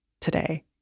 today